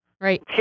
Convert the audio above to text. Right